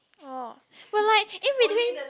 oh but like in between